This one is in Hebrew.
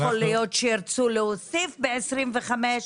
יכול להיות שירצו להוסיף ב-2025.